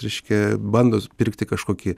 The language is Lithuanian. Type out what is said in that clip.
reiškia bandos pirkti kažkokį